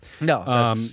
No